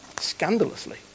Scandalously